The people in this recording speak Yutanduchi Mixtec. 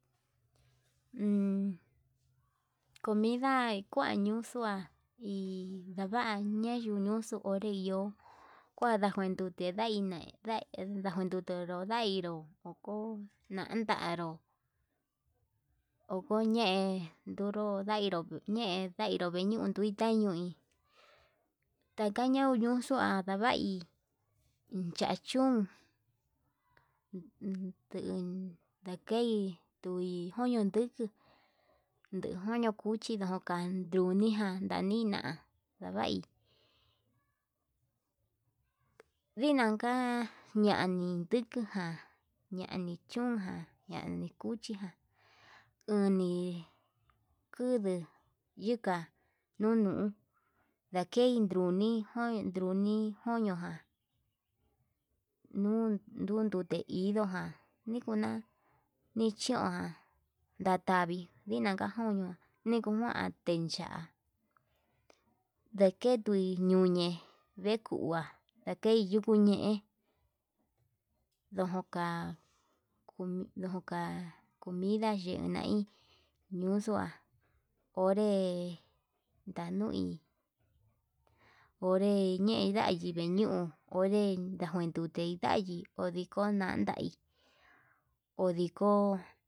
Uun comida kua ñuxua hi ñava'a ñañunuxu onré, vio kuandajendute kuai nai nda ndajunero kuaido, koko nantanro oko yee ndairu veduta ñoi taka ñuu uñuxua ndavai chachún kuu ndakai ndui joño ndukuu nduu njoño nduku ndo'o kanunijan ndanina, ndavai ndinanka ñani nduku ján ñani chunján ñani kuchijan un kuduu ika nunu, ndakei druni njai druni joñojan nuu ndute indoján nikuna nichoján ndatavi ndinanka joño nikujuan tencha ndeketui ñuñe, ndekua ndakei yukuu ñe'e ndojoka kumi ndojo ka'a kumida yeinai ñuxua onre ndanui onrei ndei yanii viñuu onre ndajuin ndute yayi ondiko nandai odiko.